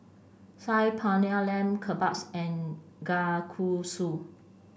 Saag Paneer Lamb Kebabs and Kalguksu